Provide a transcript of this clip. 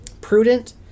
prudent